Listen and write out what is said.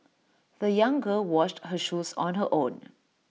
the young girl washed her shoes on her own